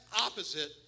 opposite